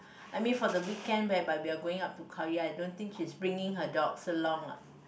I mean for the weekend whereby we are going up to Khao-Yai I don't think she's bringing her dogs along ah